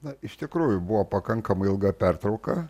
na iš tikrųjų buvo pakankamai ilga pertrauka